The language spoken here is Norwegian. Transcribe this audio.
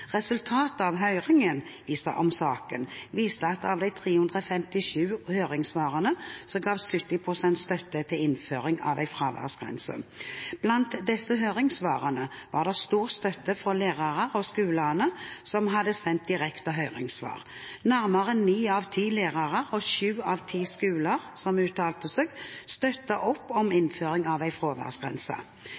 Resultatet av høringen om saken viste at av de 357 høringssvarene ga 70 pst. støtte til innføring av en fraværsgrense. Blant disse høringssvarene var det stor støtte fra lærerne og skolene som hadde sendt direkte høringssvar. Nærmere ni av ti lærere og syv av ti skoler som uttalte seg, støttet opp om innføring av en fraværsgrense.